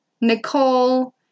Nicole